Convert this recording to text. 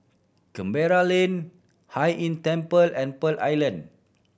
Canberra Lane Hai Inn Temple and Pearl Island